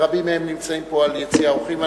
ורבים מהם נמצאים פה ביציע האורחים,